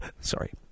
Sorry